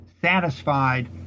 satisfied